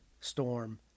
Storm